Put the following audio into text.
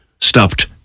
stopped